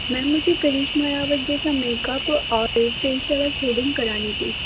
میم مجھے کرشما راوت جیسا make up اور فیشیل تھریڈنگ کرانی تھی